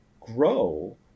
grow